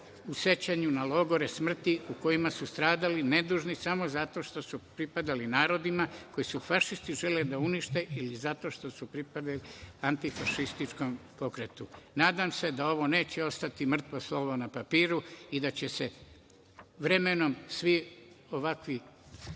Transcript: u sećanju na logore smrti u kojima su stradali nedužni samo zato što su pripadali narodima, koje su fašisti želeli da unište ili zato što su pripadali antifašističkom pokretu. Nadam se da ovo neće ostati mrtvo slovo na papiru i da će se vremenom svi ovakvi